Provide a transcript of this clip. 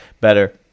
better